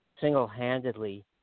single-handedly